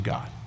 God